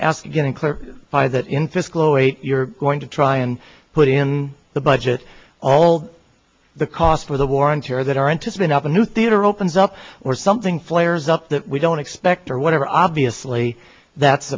ask getting clear by that in fiscal zero eight you're going to try and put in the budget all the cost for the war on terror that aren't has been up a new theatre opens up or something flares up that we don't expect or whatever obviously that's